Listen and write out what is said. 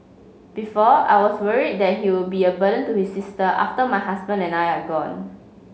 before I was worried that he would be a burden to his sister after my husband and I are gone